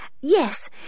Yes